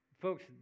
Folks